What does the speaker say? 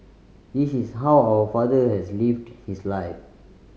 this is how our father has lived his life